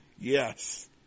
Yes